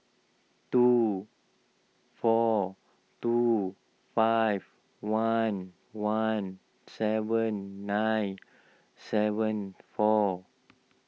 two four two five one one seven nine seven four